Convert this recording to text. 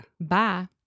Bye